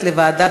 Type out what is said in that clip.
ועדת